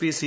P C